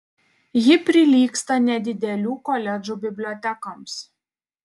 ji prilygsta nedidelių koledžų bibliotekoms